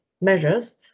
measures